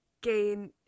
gain